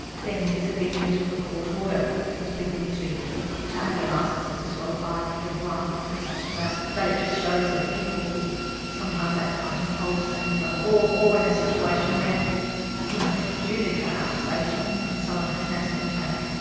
being disobedient of a court order, because people usually have their licences disqualified for drink driving, or things such as that, but it just shows that people sometimes act by impulse and um or or in a situation where you know if you do live at an outstation and someone has an asthma attack,